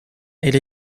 elle